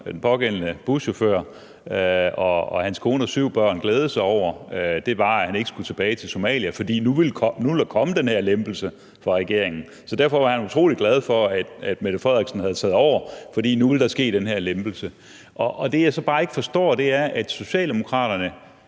den pågældende buschauffør og hans kone og syv børn kunne glædes over, var, at han ikke skulle tilbage til Somalia, fordi der nu ville komme den her lempelse fra regeringen. Så derfor var han utrolig glad for, at Mette Frederiksen havde taget over, fordi der nu ville ske den her lempelse. Og det, jeg så bare ikke forstår, er, at Socialdemokratiet